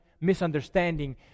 misunderstanding